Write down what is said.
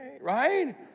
right